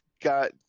got